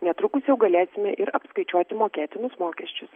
netrukus jau galėsime ir apskaičiuoti mokėtinus mokesčius